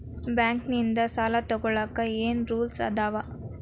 Bank ನಿಂದ್ ಸಾಲ ತೊಗೋಳಕ್ಕೆ ಏನ್ ರೂಲ್ಸ್ ಅದಾವ?